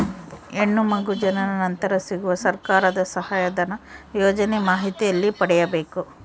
ಹೆಣ್ಣು ಮಗು ಜನನ ನಂತರ ಸಿಗುವ ಸರ್ಕಾರದ ಸಹಾಯಧನ ಯೋಜನೆ ಮಾಹಿತಿ ಎಲ್ಲಿ ಪಡೆಯಬೇಕು?